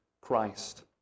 Christ